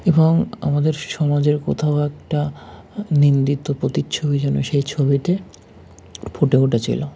এবং আমাদের সমাজের কোথাও একটা নিন্দিত প্রতিচ্ছবি যেন সেই ছবিতে ফুটে উঠেছিল